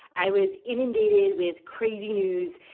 i was inundated with crazy news.